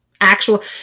Actual